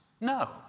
No